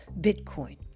Bitcoin